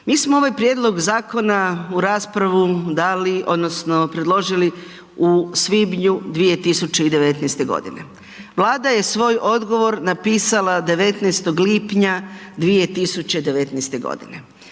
mi smo ovaj prijedlog zakona u raspravu dali odnosno predložili u svibnju 2019. godine. Vlada je svoj odgovor napisala 19. lipnja 2019. godine,